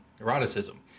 eroticism